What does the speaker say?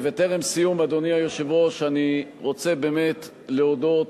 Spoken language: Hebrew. וטרם סיום, אדוני היושב-ראש, אני רוצה באמת להודות